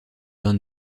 bain